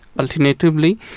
Alternatively